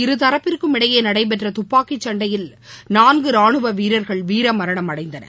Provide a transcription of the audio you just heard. இருதரப்பிற்கும் இடையேநடைபெற்றதுப்பாக்கிசண்டையில் நான்குராணுவவீரர்கள் வீரமரணம் அப்போது அடைந்தனர்